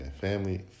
family